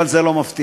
אבל זה לא מפתיע.